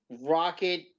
rocket